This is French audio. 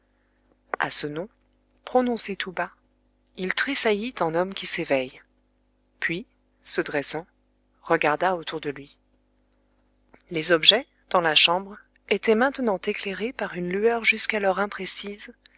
à ce nom prononcé tout bas il tressaillit en homme qui s'éveille puis se dressant regarda autour de lui les objets dans la chambre étaient maintenant éclairés par une lueur jusqu'alors imprécise